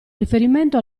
riferimento